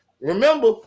Remember